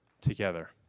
together